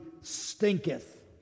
stinketh